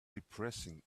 depressing